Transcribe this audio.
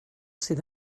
sydd